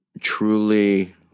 truly